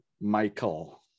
Michael